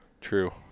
True